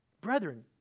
brethren